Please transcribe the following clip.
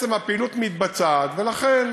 הפעילות מתבצעת, ולכן